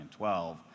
2012